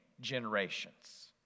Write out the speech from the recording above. generations